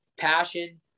passion